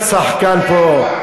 תפסיק להיות שחקן פה,